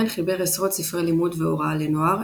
כן חיבר עשרות ספרי לימוד והוראה לנוער,